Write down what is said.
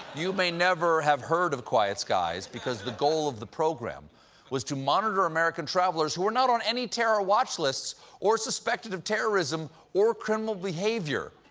you may never have heard of quiet skies, because the goal of the program was to monitor american travelers who were not on any terror watch lists or suspected of terrorism or criminal behavior.